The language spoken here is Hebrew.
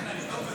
לא נתקבלה.